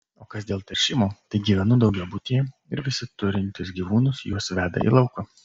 o kas dėl teršimo tai gyvenu daugiabutyje ir visi turintys gyvūnus juos veda į lauką